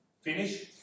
finish